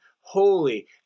holy